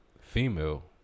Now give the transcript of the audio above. female